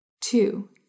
Two